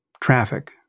traffic